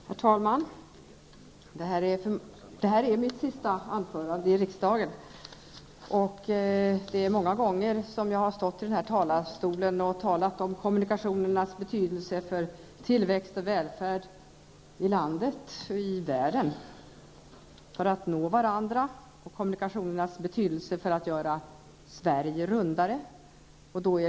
Herr talman! Detta är mitt sista anförande i riksdagen. Jag har många gånger stått i denna talarstol och talat om kommunikationernas betydelse för tillväxt och välfärd i landet och i världen, för att nå varandra, och kommunikationernas betydelse för att göra Sverige rundare.